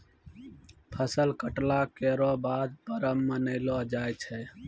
फसल कटला केरो बाद परब मनैलो जाय छै